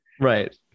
Right